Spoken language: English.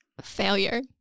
Failure